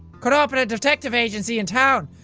could open a detective agency in town.